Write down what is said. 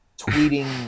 tweeting